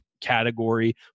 category